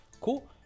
cool